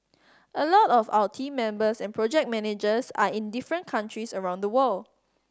a lot of our team members and project managers are in different countries around the world